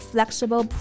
Flexible